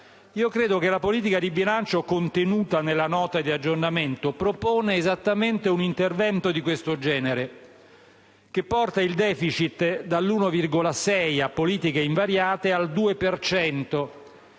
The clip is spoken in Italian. Credo che la politica di bilancio contenuta nella Nota di aggiornamento proponga esattamente un intervento di questo genere che porta il *deficit* dall'1,6 per cento, a politiche invariate, al 2